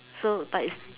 so like is